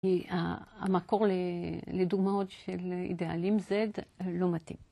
כי המקור לדוגמאות של אידאלים Z לא מתאים.